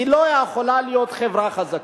לא יכולה להיות חברה חזקה.